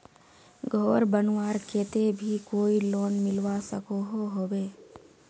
घोर बनवार केते भी कोई लोन मिलवा सकोहो होबे?